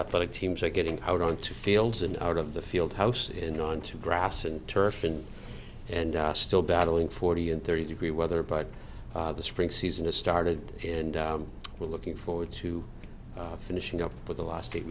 athletic teams are getting out onto fields and out of the field house in onto grass and turf and and still battling forty in thirty degree weather but the spring season has started and we're looking forward to finishing up with the last eight